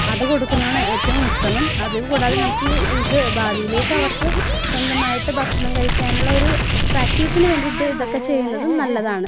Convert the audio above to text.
അത് കൊടുക്കുന്നതാണ് ഏറ്റവും ഉത്തമം അതെ കൂടാതെ നമുക്ക് ഇത് ഭാവീലേക്കവർക്ക് സ്വന്തമായിട്ട് ഭക്ഷണം കഴിക്കാനുള്ള ഒരു പ്രാക്റ്റീസിന് വേണ്ടിയിട്ട് ഇതൊക്കെ ചെയ്യുന്നത് നല്ലതാണ്